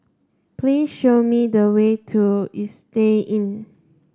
please show me the way to Istay Inn